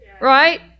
Right